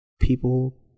People